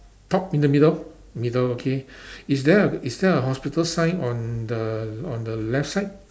top in the middle middle okay is there a is there a hospital sign on the on the left side